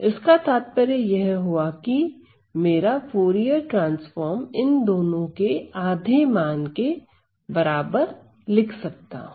इसका तात्पर्य यह हुआ कि मैं मेरा फूरिये ट्रांसफॉर्म इन दोनों के आधे मान के बराबर लिख सकता हूं